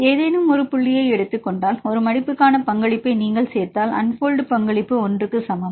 ஏதேனும் ஒரு புள்ளியை எடுத்துக் கொண்டால் ஒரு மடிப்புக்கான பங்களிப்பை நீங்கள் சேர்த்தால் அன்போல்டு பங்களிப்பு ஒன்றுக்கு சமம்